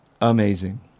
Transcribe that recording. Amazing